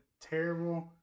terrible